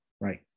right